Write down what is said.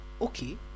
okay